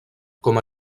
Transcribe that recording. com